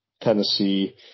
Tennessee